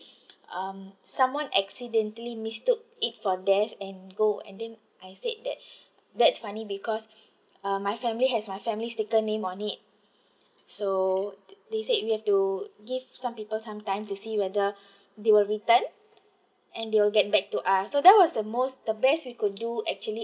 um someone accidentally mistook it for their's and go and then I said that that's funny because uh my family has my family sticker name on it so they said we have to give some people some time to see whether they were returned and they will get back to us so that was the most the best we could do actually